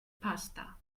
pasta